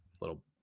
little